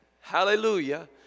hallelujah